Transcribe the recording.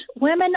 Women